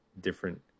different